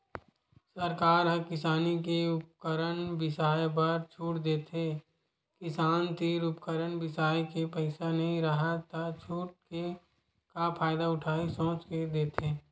सरकार ह किसानी के उपकरन बिसाए बर छूट देथे किसान तीर उपकरन बिसाए के पइसा नइ राहय त छूट के का फायदा उठाही सोच के देथे